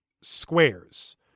squares